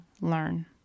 learn